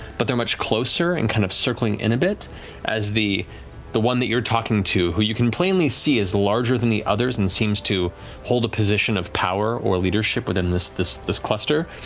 but they're much closer and kind of circling in a bit as the the one that you're talking to, who you can plainly see is larger than the others and seems to hold a position of power or leadership within this this cluster,